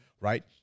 right